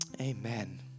Amen